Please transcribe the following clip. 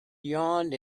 yawned